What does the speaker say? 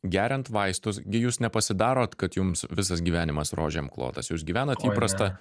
geriant vaistus gi jūs nepasidarot kad jums visas gyvenimas rožėm klotas jūs gyvenat įprastą